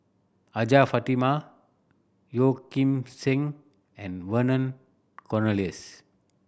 Hajjah Fatimah Yeo Kim Seng and Vernon Cornelius